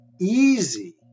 easy